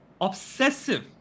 obsessive